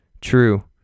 True